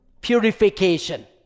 purification